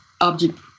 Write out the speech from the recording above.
object